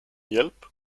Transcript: hjälp